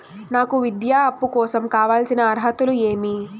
నాకు విద్యా అప్పు కోసం కావాల్సిన అర్హతలు ఏమి?